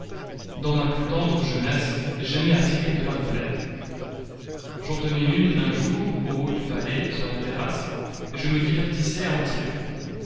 dans ma plus tendre jeunesse j'aimais à tirer de l'arbalète j'en tenais une un jour au haut du palais sur la terrasse et je me divertissais à en tirer